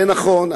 זה נכון,